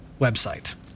website